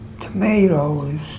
tomatoes